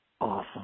awesome